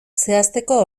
zehazteko